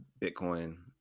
Bitcoin